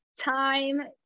time